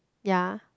ya